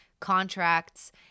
contracts